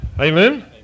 Amen